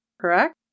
correct